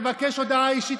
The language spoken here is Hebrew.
תבקש הודעה אישית,